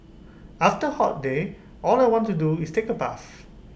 after A hot day all I want to do is take A bath